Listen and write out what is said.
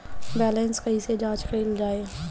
Balance कइसे जांच कइल जाइ?